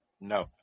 No